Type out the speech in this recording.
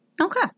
okay